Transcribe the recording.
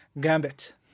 Gambit